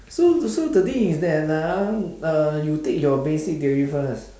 so the so the thing is that ah uh you take your basic theory first